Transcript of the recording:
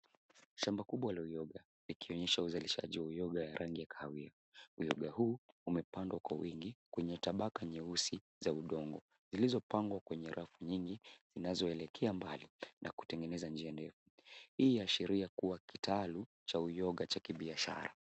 Shamba kubwa la uyoga ikionyesha uzalishaji wa uyoga ya rangi ya kahawia. Uyoga huu umepandwa kwa wingi kwenye tabaka nyeusi za udongo zilizopangwa kwenye rafu nyingi inazoelekea mbali na kutengeneza njia ndefu. Hii yaashiria kuwa kitalu cha uyoga cha kibiashara.